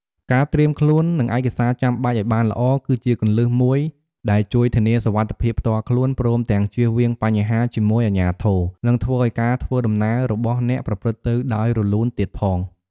ការត្រៀមខ្លួន និងឯកសារចាំបាច់ឲ្យបានល្អ គឺជាគន្លឹះមួយដែលជួយធានាសុវត្ថិភាពផ្ទាល់ខ្លួន ព្រមទាំងជៀសវាងបញ្ហាជាមួយអាជ្ញាធរ និងធ្វើឲ្យការធ្វើដំណើររបស់អ្នកប្រព្រឹត្តទៅដោយរលូនទៀតផង។